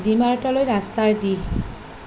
ডিমাৰ্টলৈ ৰাস্তাৰ দিশ